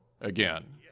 again